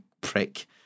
prick